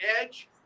Edge